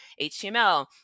HTML